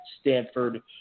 Stanford